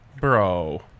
Bro